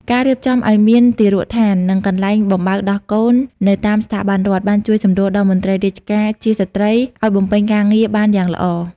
ការរៀបចំឱ្យមានទារកដ្ឋាន និងកន្លែងបំបៅដោះកូននៅតាមស្ថាប័នរដ្ឋ បានជួយសម្រួលដល់មន្ត្រីរាជការជាស្ត្រីឱ្យបំពេញការងារបានយ៉ាងល្អ។